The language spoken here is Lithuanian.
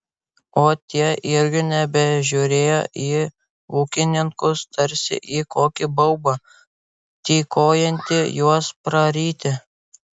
o tie irgi nebežiūrėjo į ūkininkus tarsi į kokį baubą tykojantį juos praryti